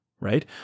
right